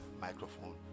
microphone